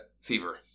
fever